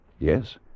Yes